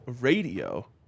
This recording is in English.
radio